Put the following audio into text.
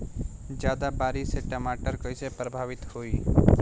ज्यादा बारिस से टमाटर कइसे प्रभावित होयी?